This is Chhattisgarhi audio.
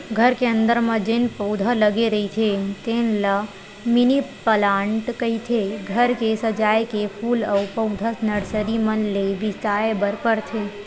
घर के अंदर म जेन पउधा लगे रहिथे तेन ल मिनी पलांट कहिथे, घर के सजाए के फूल अउ पउधा नरसरी मन ले बिसाय बर परथे